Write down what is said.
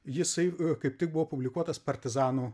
jisai kaip tik buvo publikuotas partizanų